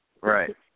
Right